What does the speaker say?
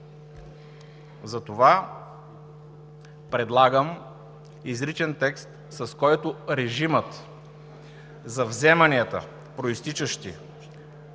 Затова предлагам изричен текст, с който режимът на вземанията, произтичащи